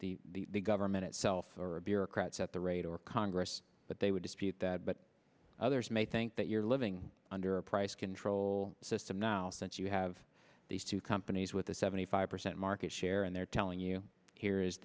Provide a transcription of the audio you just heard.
having the the government itself or bureaucrats at the rate or congress but they would dispute that but others may think that you're living under a price control system now since you have these two companies with a seventy five percent market share and they're telling you here is